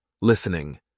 listening